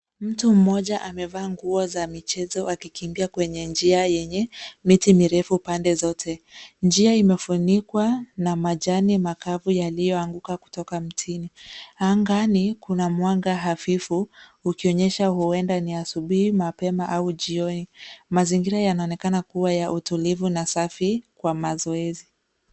Mtu mmoja amevaa nguo za michezo akikimbia kwenye njia yenye miti mirefu pande zote. Njia imefunikwa na majani makavu yaliyoanguka kutoka mtini. Angani kuna mwanga hafifu ukionyesha huenda ni asubuhi mapema au jioni. Mazingira yanaonekana kuwa ya utulivu na safi kwa mazoezi.